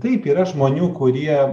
taip yra žmonių kurie